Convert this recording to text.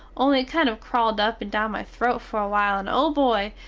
only it kind of crawled up and down my throte fer awhile and o boy!